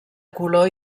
color